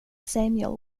samuel